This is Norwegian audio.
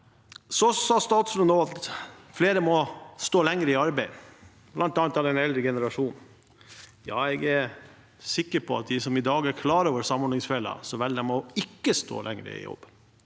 Så sa statsråden at flere må stå lenger i arbeid, bl.a. i den eldre generasjonen. Ja, jeg er sikker på at de som i dag er klar over samordningsfellen, velger å ikke stå lenger i jobb.